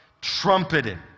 trumpeted